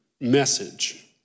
message